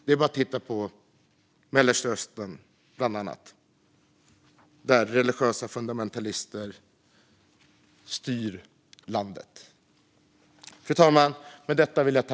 Det är bara att titta på Mellanöstern, där religiösa fundamentalister styr landet.